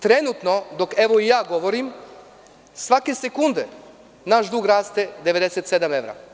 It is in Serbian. Trenutno, dok ja govorim, svake sekunde, naš dug raste 97 evra.